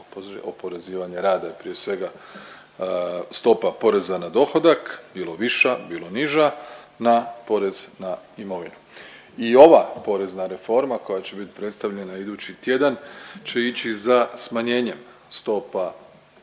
oporezivanje rada i prije svega stopa poreza na dohodak bilo viša, bilo niža na porez na imovinu. I ova porezna reforma koja će bit predstavljena idući tjedan će ići za smanjenjem stopa